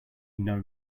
know